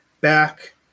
back